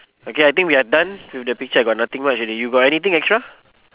okay I think we're done with the picture I got nothing much already you got anything extra